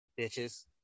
Bitches